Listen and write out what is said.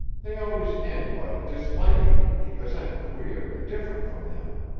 they always end by disliking me because i'm queer and different from them.